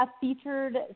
featured